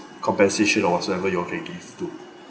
compensation or whatsoever you all can give to